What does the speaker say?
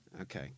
Okay